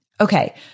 Okay